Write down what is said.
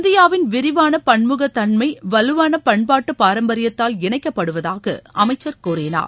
இந்தியாவின் விரிவான பன்முக தன்மை வலுவான பண்பாட்டு பாரம்பரியத்தால் இணைக்கப்படுவதாக அமைச்சர் கூறினார்